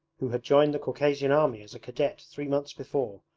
who had joined the caucasian army as a cadet three months before,